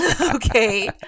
okay